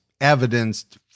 evidenced